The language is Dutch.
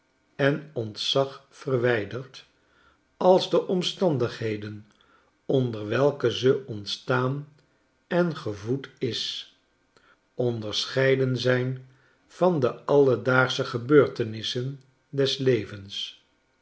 en ontzag verwijderd als de omstandigheden onder welke ze ontstaan en gevoed is onderscheiden zijn van de alledaagsche gebeurtenissen des levens